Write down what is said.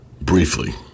briefly